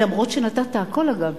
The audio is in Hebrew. אף שנתת הכול, אגב.